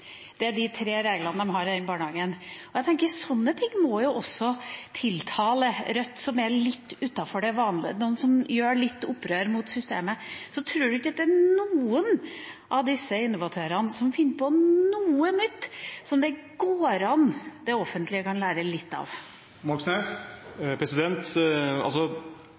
Det er de tre reglene de har i den barnehagen. Jeg tenker at sånne ting må jo også tiltale Rødt – noe som er litt utenfor det vanlige, noen som gjør litt opprør mot systemet. Tror ikke Rødt at noen av disse innovatørene finner på noe nytt som det går an for det offentlige å lære litt av?